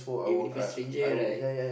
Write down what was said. if it was a stranger right